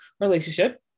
relationship